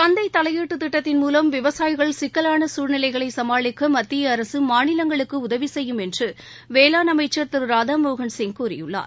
சந்தை தலையீட்டு திட்டத்தின் மூலம் விவசாயிகள் சிக்கலான சூழ்நிலைகளை சமாளிக்க மத்திய அரசு மாநிவங்களுக்கு உதவி செய்யும் என்று வேளாண் அமைச்சர் திரு ராதா மோகன் சிங் கூறியுள்ளார்